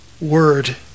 word